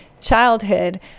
childhood